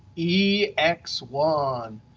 e x one.